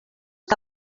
que